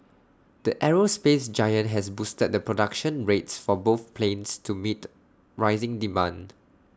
the aerospace giant has boosted the production rates for both planes to meet rising demand